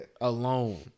alone